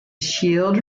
shield